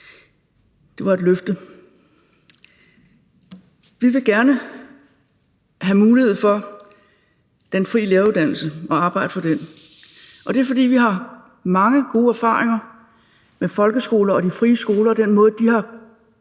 Det var et løfte. Vi vil gerne have mulighed for den frie læreruddannelse og arbejde for den. Det er, fordi vi har mange gode erfaringer med folkeskoler og de frie skoler og den måde, de har